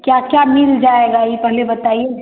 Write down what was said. क्या क्या मिल जाएगा ये पहले बताइए